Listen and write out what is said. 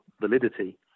validity